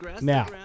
Now